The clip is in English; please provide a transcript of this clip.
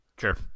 Sure